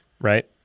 right